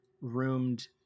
roomed